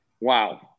wow